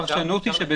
הפרשנות היא,